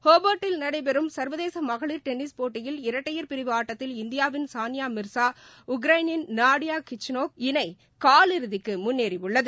ஹோபர்ட்டில் நடைபெறும் சர்வதேசமகளிர் டென்னிஸ் போட்டியில் இரட்டையர் பிரிவு ஆட்டத்தில் இந்தியாவின் சான்யாமிர்ஸா உக்ரைனின் நாடியாகிச்நோக்கை இணைகால் இறுதிக்குமுன்னேறியுள்ளது